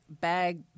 bag